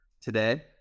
today